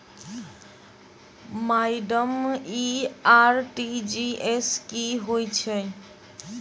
Madam इ RTGS की होइ छैय?